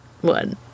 one